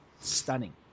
stunning